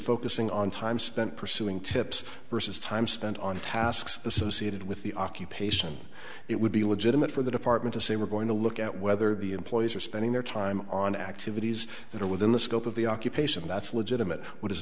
focusing on time spent pursuing tips versus time spent on tasks associated with the occupation it would be legitimate for the department to say we're going to look at whether the employees are spending their time on activities that are within the scope of the occupation that's legitimate wh